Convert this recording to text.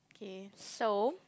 okay so